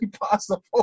possible